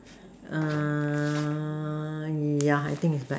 uh yeah I think is black